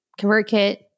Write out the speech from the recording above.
ConvertKit